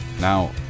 Now